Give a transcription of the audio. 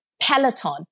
Peloton